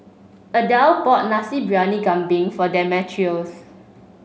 Adelle bought Nasi Briyani Kambing for Demetrios